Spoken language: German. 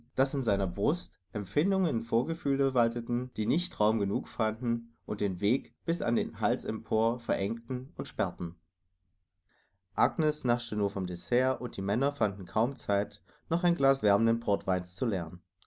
daß in seiner brust empfindungen und vorgefühle walteten die nicht raum genug fanden und den weg bis an den hals empor verengten und sperrten agnes naschte nur vom dessert und die männer fanden kaum zeit noch ein glas wärmenden portweins zu leeren